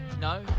No